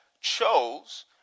chose